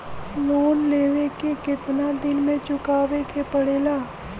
Loan लेवे के कितना दिन मे चुकावे के पड़ेला?